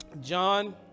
John